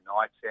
nights